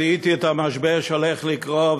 זיהיתי את המשבר שהולך לקרות,